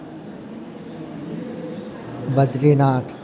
Badrinath